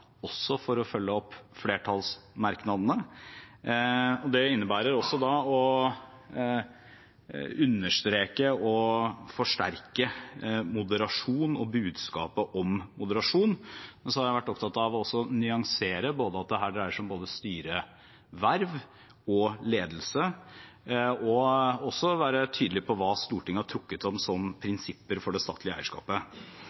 også for å følge opp flertallsmerknadene, og det innebærer også å understreke og forsterke moderasjon og budskapet om moderasjon. Men jeg har også vært opptatt av å nyansere, at det her dreier seg om både styreverv og ledelse, og å være tydelig på hva Stortinget har trukket opp som